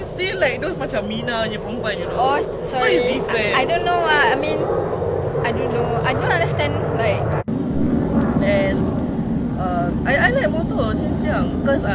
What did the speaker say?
mm like your brother mm wait are you an only child !wow!